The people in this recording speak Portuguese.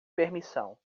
permissão